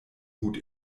hut